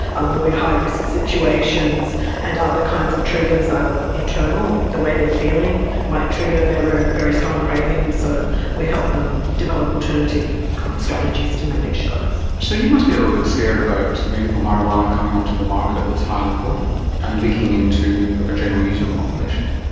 avoid high risk situations and other kinds of triggers, either internal, the way they are feeling, might trigger their very strong cravings, so we help them develop alternative strategies to manage those. so you must be a little bit scared about medical marijuana coming onto the market that's highly potent and leaking into a general user population.